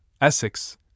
Essex